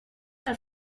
elle